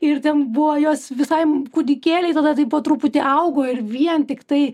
ir ten buvo jos visai kūdikėliai tada taip po truputį augo ir vien tiktai